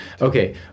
Okay